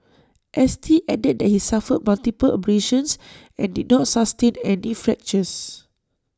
S T added that he suffered multiple abrasions and did not sustain any fractures